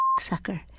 sucker